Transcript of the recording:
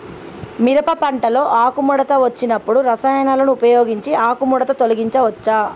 మిరప పంటలో ఆకుముడత వచ్చినప్పుడు రసాయనాలను ఉపయోగించి ఆకుముడత తొలగించచ్చా?